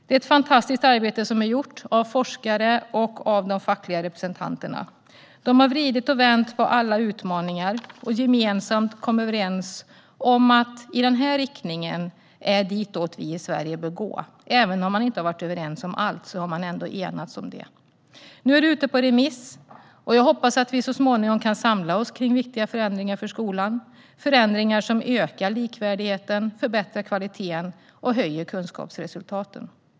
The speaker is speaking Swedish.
Det är ett fantastiskt arbete som är gjort av forskare och av de fackliga representanterna. De har vridit och vänt på alla utmaningar och gemensamt kommit överens om i vilken riktning vi i Sverige bör gå. Även om de inte har varit överens om allt har de enats om detta. Nu är det ute på remiss. Jag hoppas att vi så småningom kan samla oss kring viktiga förändringar för skolan - förändringar som ökar likvärdigheten, förbättrar kvaliteten och höjer kunskapsresultaten.